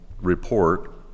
report